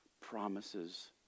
promises